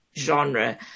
genre